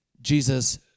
Jesus